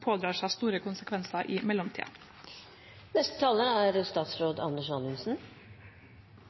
pådrar seg store konsekvenser i mellomtiden. Jeg er